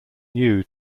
new